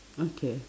okay